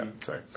Sorry